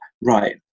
right